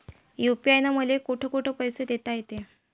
UPI न मले कोठ कोठ पैसे देता येईन?